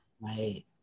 right